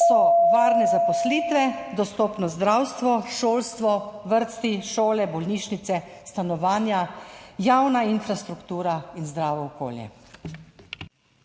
so varne zaposlitve, dostopno zdravstvo, šolstvo, vrtci, šole, bolnišnice, stanovanja, javna infrastruktura in zdravo okolje.